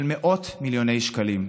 של מאות מיליוני שקלים.